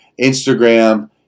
Instagram